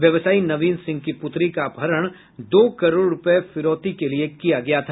व्यवसायी नवीन सिंह की पुत्री का अपहरण दो करोड़ रूपये फिरौती के लिए कर लिया गया था